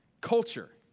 Culture